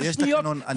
לא, יש תקנון, אני חייב.